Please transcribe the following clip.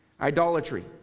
idolatry